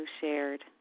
shared